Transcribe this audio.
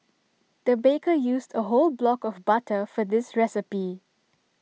the baker used A whole block of butter for this recipe